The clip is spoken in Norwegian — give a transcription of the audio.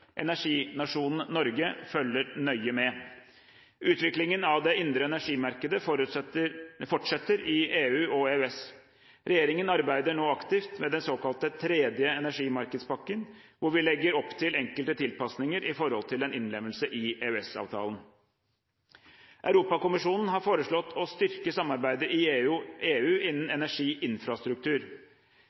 Energinasjonen Norge følger nøye med. Utviklingen av det indre energimarkedet fortsetter i EU og EØS. Regjeringen arbeider nå aktivt med den såkalte tredje energimarkedspakken, hvor vi legger opp til enkelte tilpasninger i forbindelse med en innlemmelse i EØS-avtalen. Europakommisjonen har foreslått å styrke samarbeidet i EU innen energiinfrastruktur.